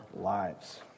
lives